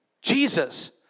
Jesus